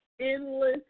Endless